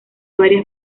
varias